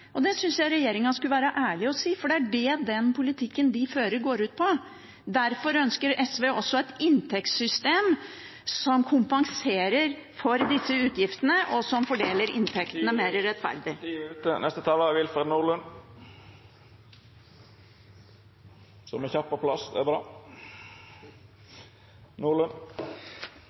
Det syns jeg regjeringen skulle være ærlig og si, for det er det den politikken de fører, går ut på. Derfor ønsker SV også et inntektssystem som kompenserer for disse utgiftene, og som fordeler inntektene mer rettferdig.